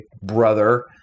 brother